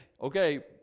okay